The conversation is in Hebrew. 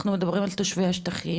אנחנו מדברים על תושבי השטחים.